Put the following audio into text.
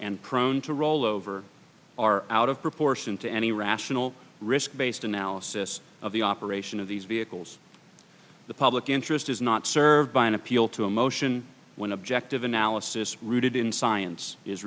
and prone to rollover are out of proportion to any rational risk based analysis of the operation of these vehicles the public interest is not served by an appeal to emotion when objective analysis rooted in science is